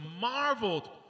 marveled